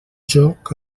joc